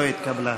לא התקבלה.